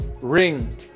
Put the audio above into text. ring